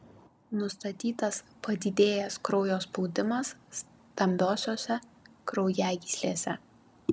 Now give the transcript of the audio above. nustatytas padidėjęs kraujo spaudimas stambiosiose kraujagyslėse